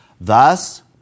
Thus